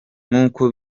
nkuko